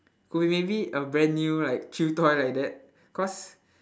could be maybe a brand new like chew toy like that cause